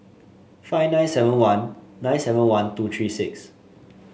five nine seven one nine seven one two three six